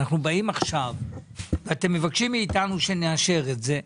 אתם מבקשים מאיתנו שנאשר את זה.